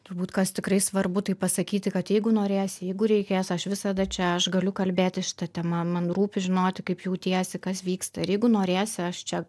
turbūt kas tikrai svarbu tai pasakyti kad jeigu norėsi jeigu reikės aš visada čia aš galiu kalbėti šita tema man rūpi žinoti kaip jautiesi kas vyksta ir jeigu norėsi aš čia